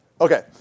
Okay